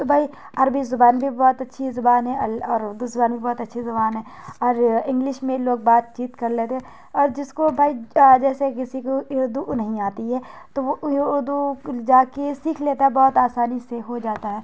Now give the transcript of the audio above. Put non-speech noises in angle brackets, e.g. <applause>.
تو بھائی عربی زبان بھی بہت اچھی زبان ہے ال اور اردو زبان بھی بہت اچھی زبان ہے اور انگلش میں لوگ بات چیت کر لیتے ہیں اور جس کو بھائی جیسے کسی کو اردو نہیں آتی ہے تو وہ <unintelligible> اردو جا کے سیکھ لیتا ہے بہت آسانی سے ہو جاتا ہے